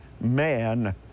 man